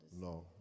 no